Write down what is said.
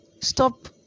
stop